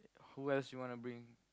who else U wanna bring